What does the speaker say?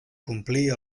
complir